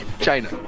China